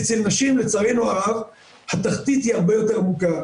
אצל נשים לצערנו הרב התחתית הרבה יותר עמוקה.